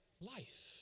life